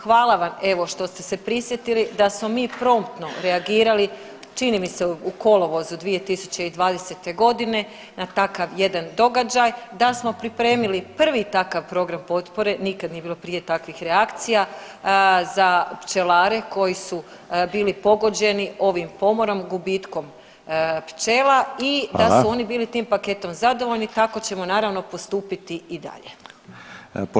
Hvala vam evo što ste se prisjetili da smo mi promptno reagirali čini mi se u kolovozu 2020.g. na takav jedan događaj da smo pripremili prvi takav program potpore, nikad nije bilo prije takvih reakcija za pčelare koji su bili pogođeni ovim pomorom i gubitkom pčela i da su oni bili tim paketom zadovoljno, tako ćemo naravno postupiti i dalje.